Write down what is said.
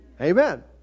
Amen